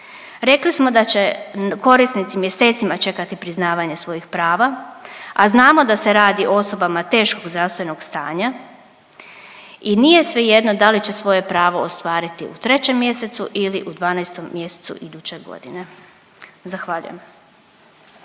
Rekli smo da će korisnici mjesecima čekati priznavanje svojih prava, a znamo da se radi o osobama teškog zdravstvenog stanja i nije svejedno da li će svoje pravo ostvariti u 3. mjesecu ili u 12. mjesecu iduće godine. Zahvaljujem.